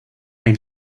rain